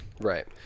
Right